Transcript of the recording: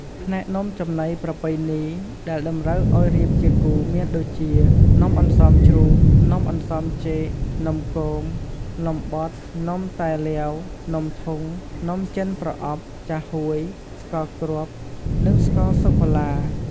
ផ្នែកនំចំណីប្រពៃណី ដែលតម្រូវអោយរៀបជាគូ មានដូចជា នំអន្សមជ្រូក នំអន្សមចេក នំគម នំបត់ នំតែលាវ នំធុង នំចិនប្រអប់ ចាហួយ ស្ករគ្រាប់ និងស្ករសុកាឡា។